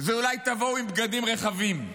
אולי תבואו עם בגדים רחבים,